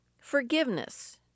Forgiveness